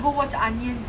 mm